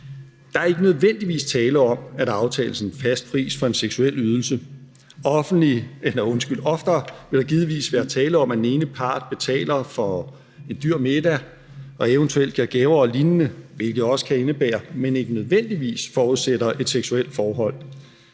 Der er ikke nødvendigvis tale om, at der aftales en fast pris for en seksuel ydelse. Oftere vil der givetvis være tale om, at den ene part betaler for en dyr middag og eventuelt giver gaver og lignende, hvilket også kan indebære, men ikke nødvendigvis forudsætter et seksuelt forhold.